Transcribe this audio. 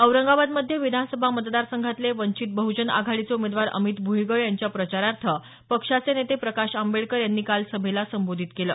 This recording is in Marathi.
औरंगाबाद मध्य विधानसभा मतदारसंघातले वंचित बहुजन आघाडीचे उमेदवार अमित भूईगळ यांच्या प्रचारार्थ पक्षाचे नेते प्रकाश आंबेडकर यांनी काल सभेला संबोधित केलं